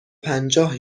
پنجاه